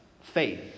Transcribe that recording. faith